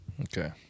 Okay